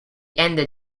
ended